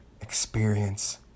experience